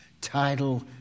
Title